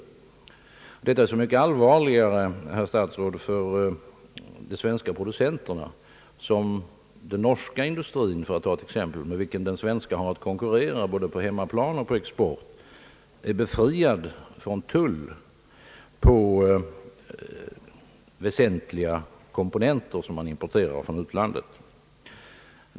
Detta är, herr statsråd, så mycket allvarligare för de svenska producenterna som den norska industrin, för att ta ett exempel, med vilken den svenska har att konkurrera både på hemmaplan och på export, är befriad från tull på väsentliga komponenter som man importerar från utlandet.